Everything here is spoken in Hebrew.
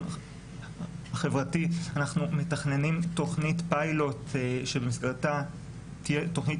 חברתי אנחנו מתכננים תוכנית פיילוט שבמסגרתה תהיה תוכנית